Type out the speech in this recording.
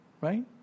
Right